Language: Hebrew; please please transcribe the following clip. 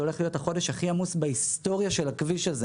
שהולך להיות החודש הכי עמוס בהיסטוריה של הכביש הזה